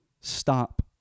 stop